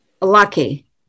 lucky